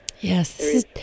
Yes